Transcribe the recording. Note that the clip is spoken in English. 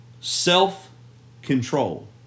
self-control